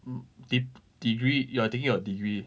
mm de~ degree you are taking your degree